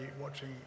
watching